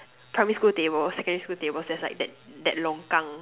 primary school tables secondary school tables there's like that that longkang